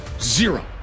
zero